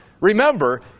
remember